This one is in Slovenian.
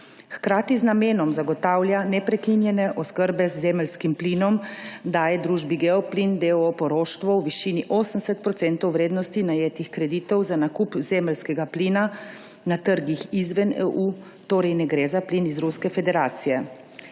Hkrati z namenom zagotavljanja neprekinjene oskrbe z zemeljskim plinom daje družbi Geoplin, d. o. o., poroštvo v višini 80 % vrednosti najetih kreditov za nakup zemeljskega plina na trgih izven EU, torej ne gre za plin iz Ruske federacije.